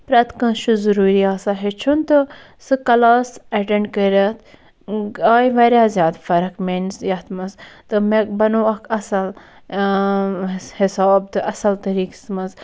پرٛتھ کٲنٛسہِ چھُ ضُروٗری آسان ہیٚوچھُن تہٕ سُہ کَلاس ایٚٹنڈ کٔرِتھ آیہِ واریاہ زیادٕ فَرَق میٛٲنِس یَتھ مَنٛز تہٕ مےٚ بَنوو اکھ اصٕل حِساب تہٕ اصٕل طریٖقَس مَنٛز